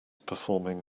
performing